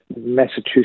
Massachusetts